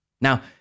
Now